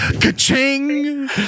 ka-ching